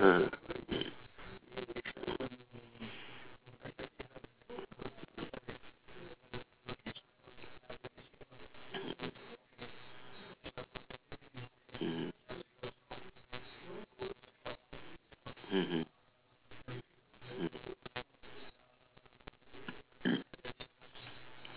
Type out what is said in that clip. uh hmm mmhmm mmhmm mmhmm